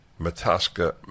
Mataska